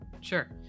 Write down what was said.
Sure